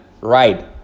Right